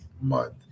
month